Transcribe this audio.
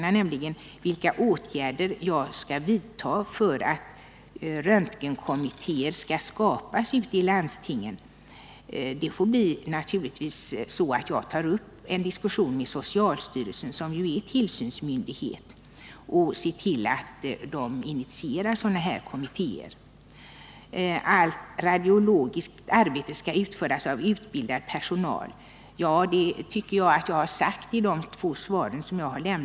Den första gällde vilka åtgärder som jag avser att vidta för att röntgenkommittéer skall inrättas ute i landstingen. Det får naturligtvis bli så, att jag tar upp en diskussion med socialstyrelsen, som är tillsynsmyndighet, för att se vad som går att göra ytterligare för att initiera sådana kommittéer. Den andra frågan gällde vad jag avser att göra för att se till att allt radiologiskt arbete utförs av utbildad personal.